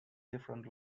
differing